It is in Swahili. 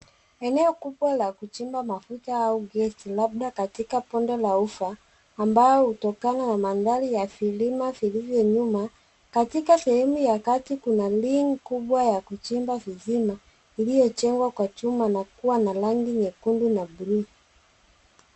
Eneo kubwa la kuchimba mafuta au gesi labda katika bonde la ufa ambayo hutokana na mandhari ya vilima vilivyo nyuma katika sehemu ya kati kuna ring kubwa ya kuchimba visima iliyojengwa kwa chuma na kuwa na rangi nyekundu na buluu.